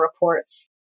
reports